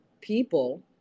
people